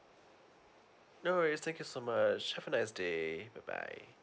alright thank you so much have a nice day bye bye